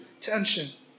tension